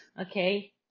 Okay